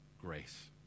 grace